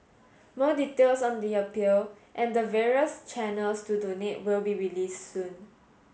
more details on the appeal and the various channels to donate will be released soon